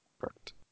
Correct